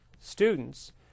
students